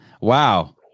wow